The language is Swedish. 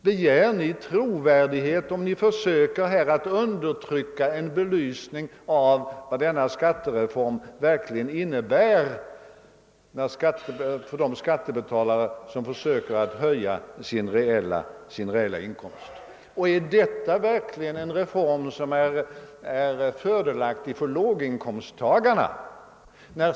Begär ni trovärdighet när ni försöker undertrycka en belysning om vad denna skattereform verkligen innebär för de skattebetalare som försöker att höja sin reella inkomst? Är detta verkligen en reform som är fördelaktig för låginkomsttagarna?